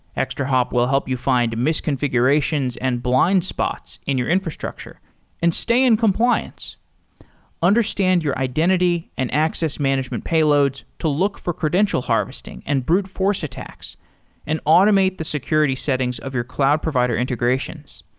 extrahop will help you find misconfigurations misconfigurations and blind spots in your infrastructure and stay in compliance understand your identity and access management payloads to look for credential harvesting and brute-force attacks and automate the security settings of your cloud provider integrations.